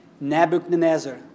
Nebuchadnezzar